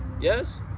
Yes